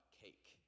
cake